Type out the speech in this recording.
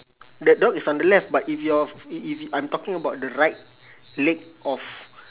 the dog is on the left but if your if if I'm talking about the right leg of